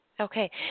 Okay